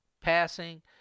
passing